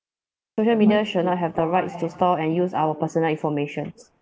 social media should not have the rights to store and use our personal informations